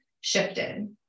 shifted